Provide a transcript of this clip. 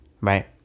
right